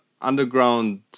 underground